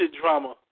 drama